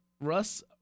russ